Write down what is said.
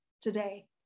today